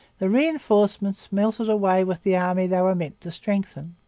the reinforcements melted away with the army they were meant to strengthen.